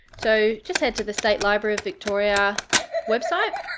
so just head to the state library of victoria website,